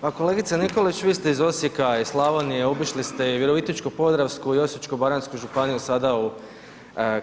Pa kolegice Nikolić vi ste iz Osijeka i Slavnije, obišli ste i Virovitičko-podravsku i Osječko-baranjsku županiju sada u